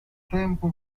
tempo